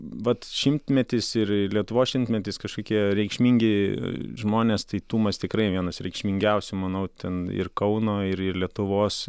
vat šimtmetis ir lietuvos šimtmetis kažkokie reikšmingi žmonės tai tumas tikrai vienas reikšmingiausių manau ten ir kauno ir ir lietuvos